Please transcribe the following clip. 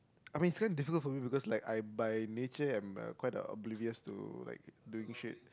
I mean it's kinda difficult for me because like I by nature I'm a quite uh oblivious to like doing shit